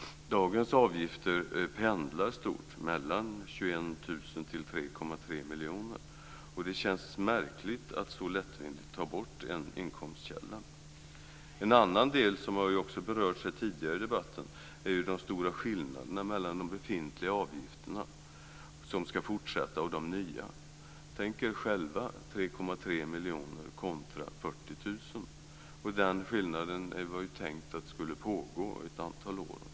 Dagens avgifter pendlar stort mellan 21 000 kr till 3,3 miljoner kronor. Och det känns märkligt att så lättvindigt ta bort en inkomstkälla. En annan del som också har berörts här tidigare i debatten är ju de stora skillnaderna mellan de befintliga avgifterna som ska gälla i fortsättningen och de nya. Tänk er själva 3,3 miljoner kr kontra 40 000 kr. Och det var tänkt att den skillnaden skulle råda ett antal år.